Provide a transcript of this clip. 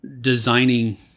designing